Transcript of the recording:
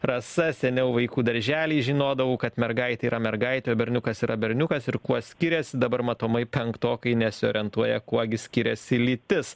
rasa seniau vaikų daržely žinodavau kad mergaitė yra mergaitė o berniukas yra berniukas ir kuo skiriasi dabar matomai penktokai nesiorientuoja kuo gi skiriasi lytis